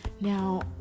Now